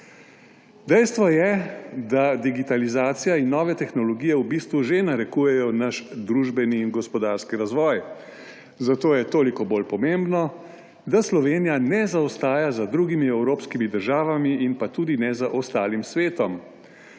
Dejstvo je, da digitalizacija in nove tehnologije v bistvu že narekujejo naš družbeni in gospodarski razvoj, zato je toliko bolj pomembno, da Slovenija ne zaostaja za drugimi evropskimi državami in tudi ne za ostalim svetom.